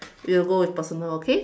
we will go with personal okay